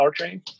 powertrain